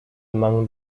among